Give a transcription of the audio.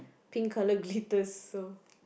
pink color glitter so